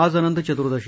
आज अनंत चतुर्दशी